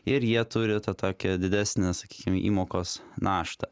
ir jie turi tą tokią didesnę sakykim įmokos naštą